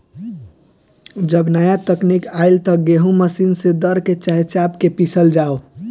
जब नाया तकनीक आईल त गेहूँ मशीन से दर के, चाहे चाप के पिसल जाव